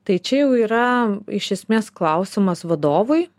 tai čia jau yra iš esmės klausimas vadovui